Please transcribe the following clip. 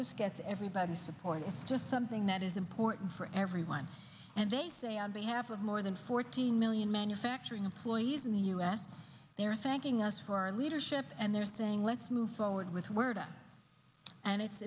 just gets everybody supported to something that is important for everyone and they say on behalf of more than fourteen million manufacturing employees in the u s they're thanking us for our leadership and they're saying let's move forward with word and it's